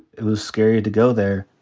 it was scary to go there.